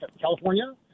California